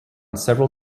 several